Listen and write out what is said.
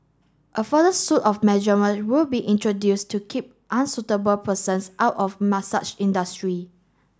a further suite of measurement will be introduced to keep unsuitable persons out of massage industry